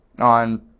on